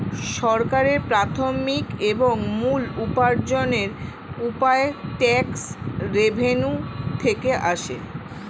সরকারের প্রাথমিক এবং মূল উপার্জনের উপায় ট্যাক্স রেভেন্যু থেকে আসে